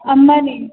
Ambani